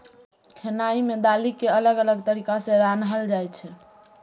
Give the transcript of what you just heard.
खेनाइ मे दालि केँ अलग अलग तरीका सँ रान्हल जाइ छै